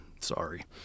sorry